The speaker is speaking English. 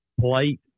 plate